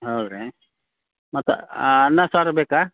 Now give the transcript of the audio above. ಹೌದು ರೀ ಮತ್ತು ಅನ್ನ ಸಾರು ಬೇಕಾ